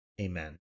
amen